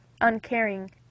uncaring